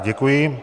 Děkuji.